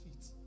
feet